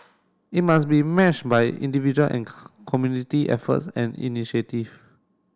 it must be matched by individual and community effort and initiative